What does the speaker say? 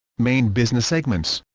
main business segments